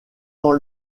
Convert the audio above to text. dans